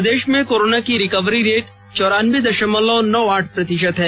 प्रदेश में कोरोना की recovery rate चौरानबे दशमलव नौ आठ प्रतिशत है